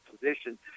position